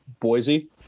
Boise